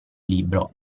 libro